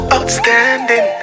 Outstanding